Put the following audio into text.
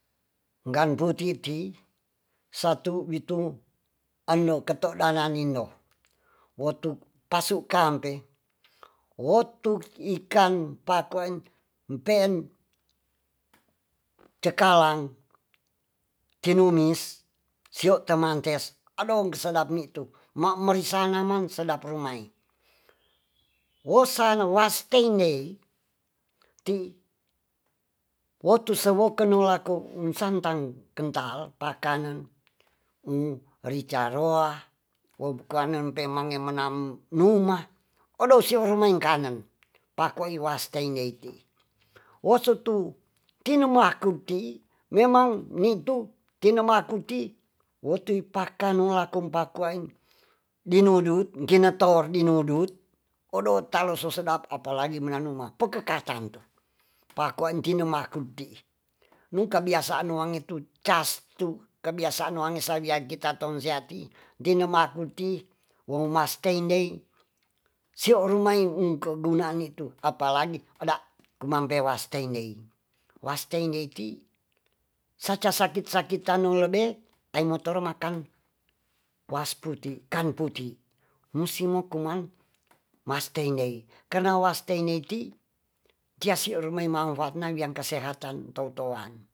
Ganpu titi satu witu elo keto dana nino wotu pasukampe wotu ikang pakoa mpen cakalang cinumis `seotomantes ado sedapni tu memarisamang sedap rumahi wosan wastenlei wotusowokunolaku santang kental pakanan rica roha bukanan pemang menang numa odo searumekenan pako waiteneiti wosotu timokuti memang nitu tinamakuti wotoi pakainola kompain dinudut kinotor dinudut odo taloso sedap apalagi mennuma pekekatan pakoatenema kudi nukebiasaan wangitu castu kebiasaan wangi saja kita sonsaiti denamakuti womanstendei sio rumai ingko kegunaintu apalagi kumangpewastendei waistendeisti saca sakit-sakit tanolebe taimormakan wasputikan kanputi musimo kumang maistendei karna watendeiti diastirumowengan angkaseatan to-toan.